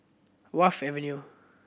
Wharf Avenue